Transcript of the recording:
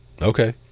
okay